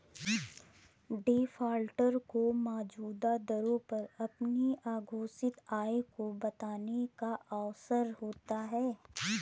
defaulter को मौजूदा दरों पर अपनी अघोषित आय को बताने का अवसर होता है